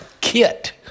kit